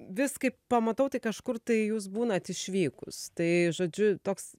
vis kai pamatau tai kažkur tai jūs būnat išvykus tai žodžiu toks